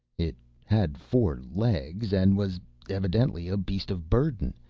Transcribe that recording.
it had four legs, and was evidently a beast of burden.